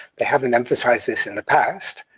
they haven't emphasized this in the past,